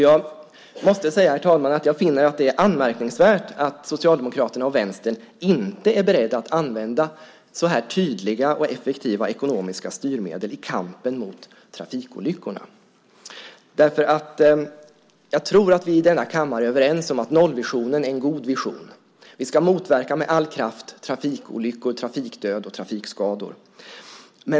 Jag måste säga, herr talman, att jag finner det anmärkningsvärt att Socialdemokraterna och Vänstern inte är beredda att använda så här tydliga och effektiva ekonomiska styrmedel i kampen mot trafikolyckorna. Jag tror att vi i denna kammare är överens om att nollvisionen är en god vision. Vi ska med all kraft motverka trafikolyckor, trafikdöd och trafikskador.